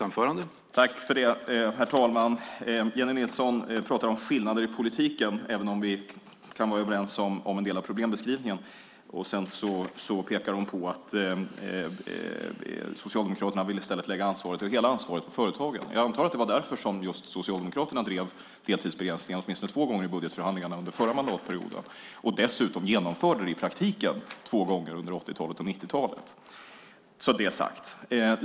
Herr talman! Jennie Nilsson pratar om skillnader i politiken, även om vi kan vara överens om en del av problembeskrivningen. Hon pekar på att Socialdemokraterna vill lägga hela ansvaret på företagen. Jag antar att det var därför som Socialdemokraterna drev frågan om deltidsbegränsning åtminstone två gånger i budgetförhandlingarna under den förra mandatperioden, och dessutom genomförde det i praktiken två gånger under 80-talet och 90-talet. Så var det sagt.